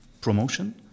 promotion